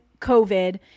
COVID